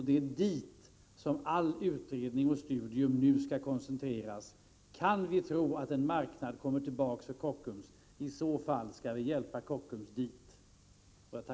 Det är dit som all utredning och allt studium nu skall koncentreras: Kan vi tro att en marknad kommer tillbaka för Kockums? I så fall skall vi hjälpa Kockums dit.